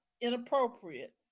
inappropriate